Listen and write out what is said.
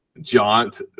jaunt